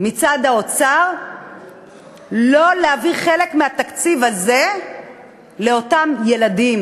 מצד האוצר לא להעביר חלק מהתקציב הזה לאותם ילדים,